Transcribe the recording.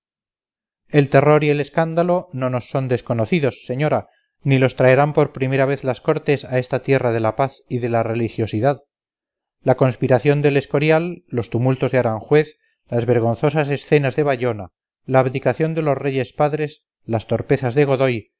el terror y el escándalo no nos son desconocidos señora ni los traerán por primera vez las cortes a esta tierra de la paz y de la religiosidad la conspiración del escorial los tumultos de aranjuez las vergonzosas escenas de bayona la abdicación de los reyes padres las torpezas de godoy